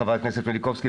חברת הכנסת מלינובסקי.